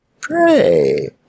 Pray